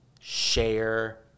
share